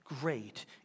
great